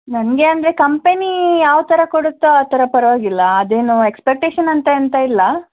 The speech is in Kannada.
ನನಗೆ ಅಂದರೆ ಕಂಪೆನಿ ಯಾವ ಥರ ಕೊಡುತ್ತೋ ಆ ಥರ ಪರವಾಗಿಲ್ಲ ಅದೇನು ಎಕ್ಸ್ಪೆಕ್ಟೇಷನ್ ಅಂತ ಎಂತ ಇಲ್ಲ